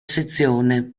sezione